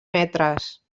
metres